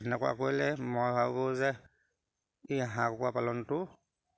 সেনেকুৱা কৰিলে মই ভাবোঁ যে এই হাঁহ কুকুৰা পালনটো